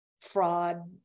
fraud